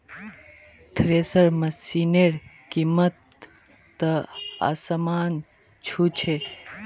thresher मशिनेर कीमत त आसमान छू छेक